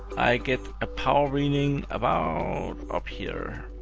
i get a power reading about up here,